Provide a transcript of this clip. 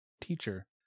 Teacher